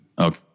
Okay